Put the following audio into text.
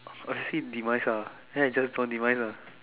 obviously demise lah like that just don't demise lah